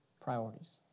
priorities